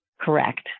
correct